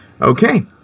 Okay